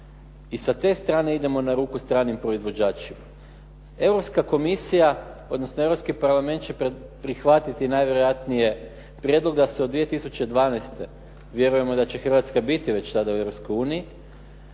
I sa te strane idemo na ruku stranim proizvođačima. Europska komisija, odnosno Europski parlament će prihvatiti najvjerojatnije prijedlog da se od 2012. vjerujemo da će Hrvatska tada biti u Europskoj uniji,